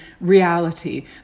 reality